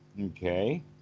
Okay